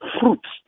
fruits